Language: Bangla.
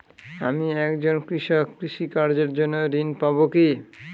আমি একজন কৃষক কৃষি কার্যের জন্য ঋণ পাব কি?